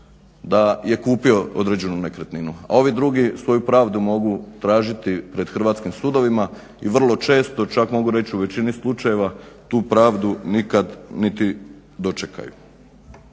da je kupio određenu nekretninu. A ovi drugi svoju pravdu mogu tražiti pred hrvatskim sudovima i vrlo često, čak mogu reći u većini slučajeva tu pravdu nikad niti dočekaju.